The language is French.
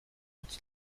dont